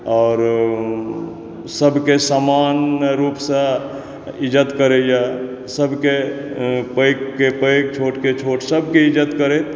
और सबके समान रूपसऽ इज्जति करैए सबके पैघके पैघ छोटके छोट सबके इज्जति करैत